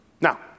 Now